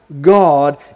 God